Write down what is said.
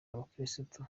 abakristu